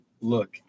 Look